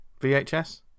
VHS